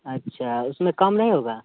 अच्छा उसमें कम नहीं होगा